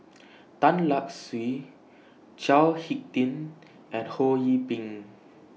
Tan Lark Sye Chao Hick Tin and Ho Yee Ping